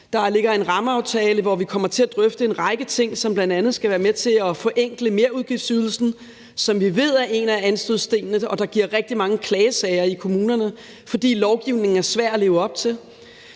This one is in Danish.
der ligger en rammeaftale, hvor vi kommer til at drøfte en række ting, som bl.a. skal være med til at forenkle merudgiftsydelsen, som vi ved er en af anstødsstenene, og som giver rigtig mange klagesager i kommunerne, fordi lovgivningen er svær at leve op til.